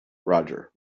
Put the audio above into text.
roger